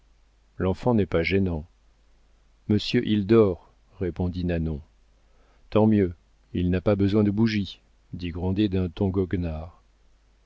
l'enfant n'est pas gênant monsieur il dort répondit nanon tant mieux il n'a pas besoin de bougie dit grandet d'un ton goguenard